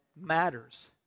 matters